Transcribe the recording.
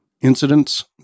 Incidents